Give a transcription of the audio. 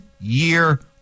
year